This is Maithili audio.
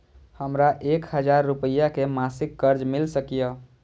हमरा एक हजार रुपया के मासिक कर्ज मिल सकिय?